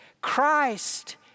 Christ